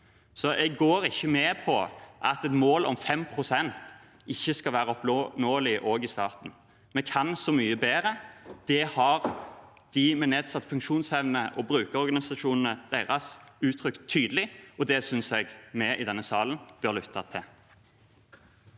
jeg går ikke med på at et mål om 5 pst. ikke skal være oppnåelig også i staten. Vi kan så mye bedre. Det har de med nedsatt funksjonsevne og brukerorganisasjonene deres uttrykt tydelig, og det synes jeg vi i denne salen bør lytte til.